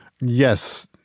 Yes